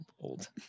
old